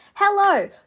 Hello